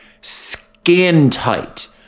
skin-tight